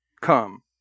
come